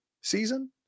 season